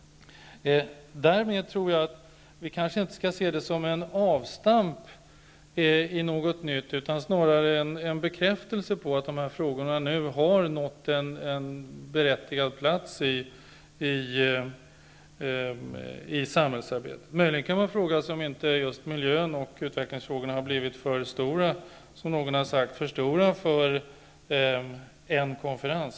Därför tror jag inte att vi kanske skall se konferensen som en avstamp till något nytt utan snarare som en bekräftelse på att dessa frågor nu har fått en berättigad plats i samhällsarbetet. Möjligen kan man fråga sig om inte just miljö och utvecklingsfrågorna, som någon har sagt, har blivit för stora för en konferens.